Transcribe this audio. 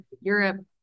Europe